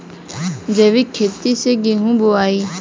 जैविक खेती से गेहूँ बोवाई